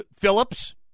Phillips